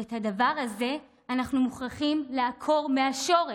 ואת הדבר הזה אנחנו מוכרחים לעקור מהשורש.